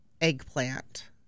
EGGPLANT